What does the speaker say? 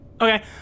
Okay